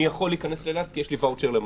אני יכול להיכנס לאילת כי יש לי ואוצ'ר למלון.